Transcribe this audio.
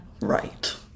Right